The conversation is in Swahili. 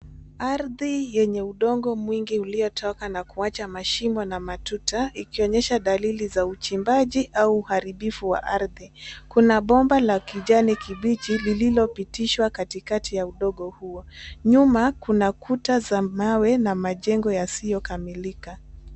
Ardhi yenye udongo mwingi uliotoka na kuacha mashimo na matuta ikionyesha dalili za uchimbaji au uharibifu wa ardhi. Kuna bomba la kijani kibichi lililopitishwa katikati ya udongo huo. Nyuma kuna kuta za mawe na majengo yasiyokamilika.